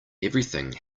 everything